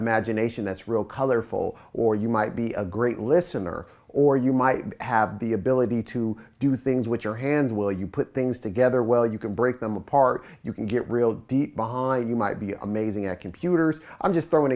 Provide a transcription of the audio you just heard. imagination that's real colorful or you might be a great listener or you might have be ability to do things with your hands will you put things together well you can break them apart you can get real deep behind you might be amazing a computer i'm just throwing